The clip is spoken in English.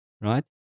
right